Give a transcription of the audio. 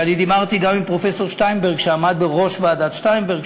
ואני דיברתי גם עם פרופסור שטיינברג שעמד בראש ועדת שטיינברג,